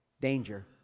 danger